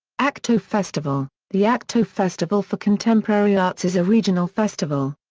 akto festival the akto festival for contemporary arts is a regional festival.